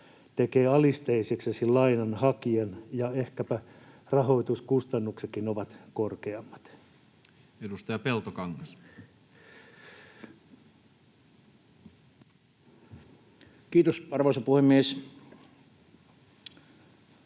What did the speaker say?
alisteiseksi, ja ehkäpä rahoituskustannuksetkin ovat korkeammat. Edustaja Peltokangas. Kiitos, arvoisa puhemies!